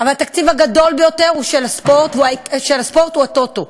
אבל התקציב הגדול ביותר של הספורט הוא ה"טוטו",